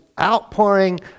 outpouring